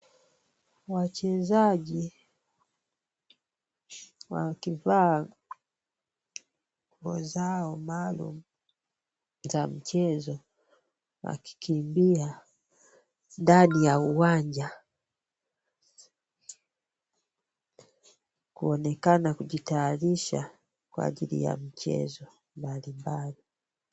Wachezaji wakivaa nguo zao maalum za michezo, wakikimbia ndani ya uwanja, wakionekana kujiayarisha kwa ajili ya mchezo mbali mbali.